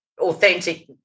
authentic